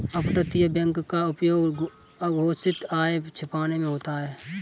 अपतटीय बैंक का उपयोग अघोषित आय छिपाने में होता है